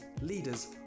leaders